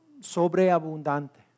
sobreabundante